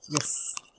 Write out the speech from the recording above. yes